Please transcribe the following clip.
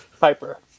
Piper